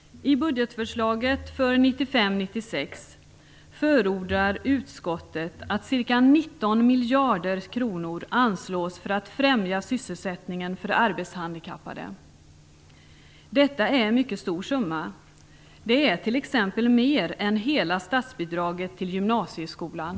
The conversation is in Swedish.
I budgetförslaget för 1995/96 förordar utskottet att ca 19 miljarder kronor anslås för att främja sysselsättningen för arbetshandikappade. Detta är en mycket stor summa. Det är t.ex. mer än hela statsbidraget till gymnasieskolan.